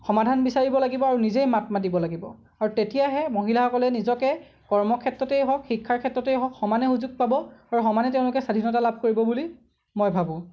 সমাধান বিচাৰিব লাগিব আৰু নিজেই মাত মাতিব লাগিব আৰু তেতিয়াহে মহিলাসকলে নিজকে কৰ্ম ক্ষেত্ৰতেই হওক শিক্ষাৰ ক্ষেত্ৰতে হওক সমানে সুযোগ পাব আৰু সমানে তেওঁলোকে স্বাধীনতা লাভ কৰিব বুলি মই ভাবোঁ